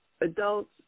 adults